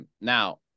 Now